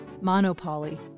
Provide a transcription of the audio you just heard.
Monopoly